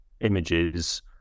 images